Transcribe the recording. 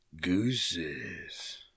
Gooses